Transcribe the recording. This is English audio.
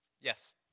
Yes